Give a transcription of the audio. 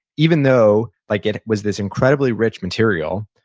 even though like it it was this incredibly rich material.